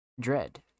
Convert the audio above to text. dread